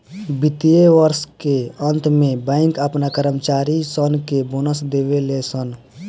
वित्तीय वर्ष के अंत में बैंक अपना कर्मचारी सन के बोनस देवे ले सन